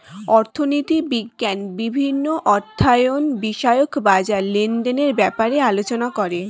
অর্থনীতি বিজ্ঞান বিভিন্ন অর্থায়ন বিষয়ক বাজার লেনদেনের ব্যাপারে আলোচনা করে